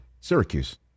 Syracuse